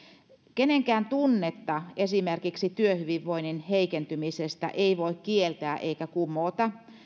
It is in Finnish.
kenenkään tunnetta esimerkiksi työhyvinvoinnin heikentymisestä ei voi kieltää eikä kumota